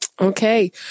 Okay